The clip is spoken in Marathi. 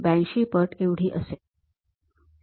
८२ पट एवढी असेल